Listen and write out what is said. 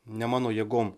ne mano jėgom